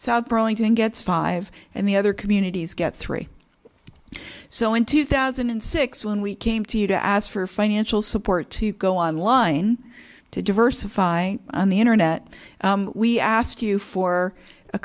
south burlington gets five and the other communities get three so in two thousand and six when we came to you to ask for financial support to go online to diversify on the internet we asked you for a